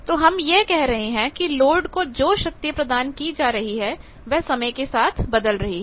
तो हम यह कह सकते हैं कि लोड को जो शक्ति प्रदान की जा रही है वह समय के साथ बदल रही है